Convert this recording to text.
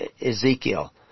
Ezekiel